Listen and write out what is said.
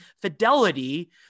fidelity